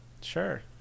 Sure